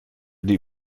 die